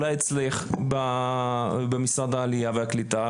אולי אצלך במשרד העלייה והקליטה,